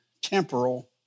temporal